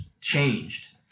changed